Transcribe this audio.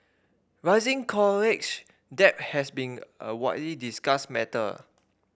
rising college debt has been a widely discussed matter